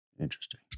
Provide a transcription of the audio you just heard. Interesting